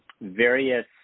various